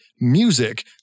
music